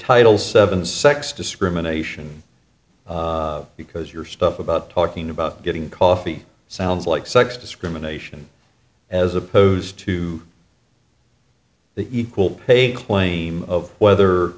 title seven sex discrimination because your stuff about talking about getting coffee sounds like sex discrimination as opposed to the equal pay claim of whether